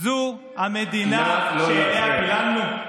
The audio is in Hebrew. זו המדינה שאליה פיללנו?